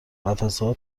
قفسهها